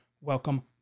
welcome